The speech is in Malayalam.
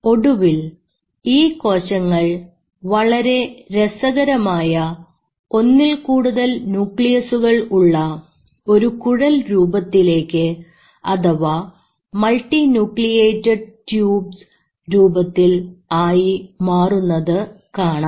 ഒടുവിൽ ഈ കോശങ്ങൾ വളരെ രസകരമായ ഒന്നിൽ കൂടുതൽ ന്യൂക്ലിയസുകൾ ഉള്ള ഒരു കുഴൽ രൂപത്തിലേക്ക് അഥവാ മൾട്ടിന്യൂക്രിയേറ്റ് ട്യൂബ്സ് രൂപത്തിൽ ആയി മാറുന്നത് കാണാം